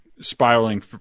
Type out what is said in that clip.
spiraling